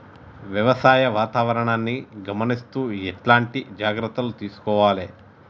వ్యవసాయ వాతావరణాన్ని గమనిస్తూ ఎట్లాంటి జాగ్రత్తలు తీసుకోవాలే?